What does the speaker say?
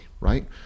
right